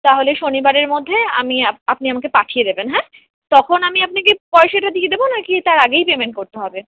তাহলে শনিবারের মধ্যে আমি আপনি আমাকে পাঠিয়ে দেবেন হ্যাঁ তখন আমি আপনাকে পয়সাটা দিয়ে দেবো না কি তার আগেই পেমেন্ট করতে হবে